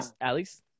Alex